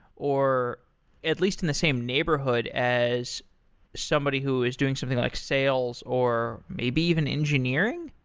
or at least in the same neighborhood as somebody who is doing something like sales, or maybe even engineering?